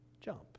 Jump